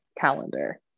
calendar